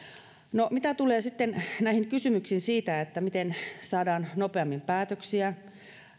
mitä tulee sitten näihin kysymyksiin siitä miten saadaan nopeammin päätöksiä ja